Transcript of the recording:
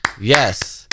Yes